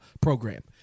program